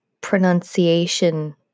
pronunciation